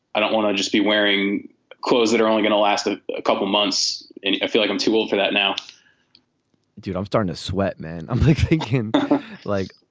i don't want to just be wearing clothes that are only going to last a couple of months. and i feel like i'm too old for that now dude, i'm starting a sweat, man. i'm thinking like,